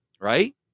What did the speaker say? right